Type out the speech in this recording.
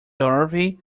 dorothy